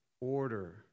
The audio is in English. order